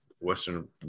Western